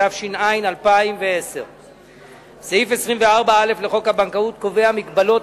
התש"ע 2010. סעיף 24א לחוק הבנקאות קובע מגבלות